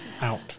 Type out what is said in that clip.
out